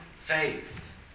faith